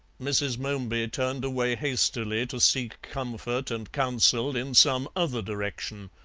mrs. momeby turned away hastily to seek comfort and counsel in some other direction.